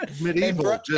medieval